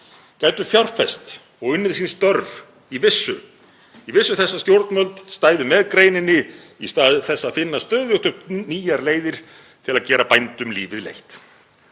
gætu fjárfest og unnið sín störf í vissu þess að stjórnvöld stæðu með greininni í stað þess að finna stöðugt upp nýjar leiðir til að gera bændum lífið leitt.